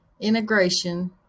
integration